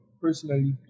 personally